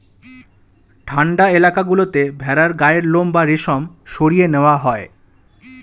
ঠান্ডা এলাকা গুলোতে ভেড়ার গায়ের লোম বা রেশম সরিয়ে নেওয়া হয়